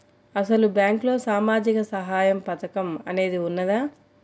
అసలు బ్యాంక్లో సామాజిక సహాయం పథకం అనేది వున్నదా?